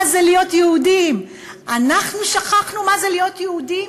זה להיות יהודים" אנחנו שכחנו מה זה להיות יהודים?